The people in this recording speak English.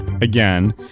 again